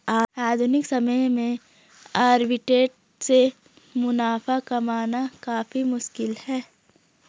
आधुनिक समय में आर्बिट्रेट से मुनाफा कमाना काफी मुश्किल है